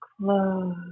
close